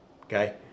Okay